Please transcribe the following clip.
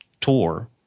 tour